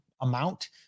amount